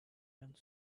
done